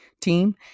team